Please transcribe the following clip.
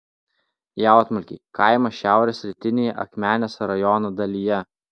jautmalkiai kaimas šiaurės rytinėje akmenės rajono dalyje